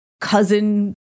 cousin